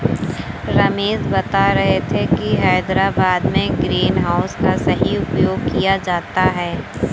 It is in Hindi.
रमेश बता रहे थे कि हैदराबाद में ग्रीन हाउस का सही उपयोग किया जाता है